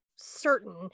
certain